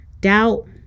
doubt